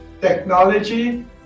technology